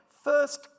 First